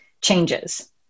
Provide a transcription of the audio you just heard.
changes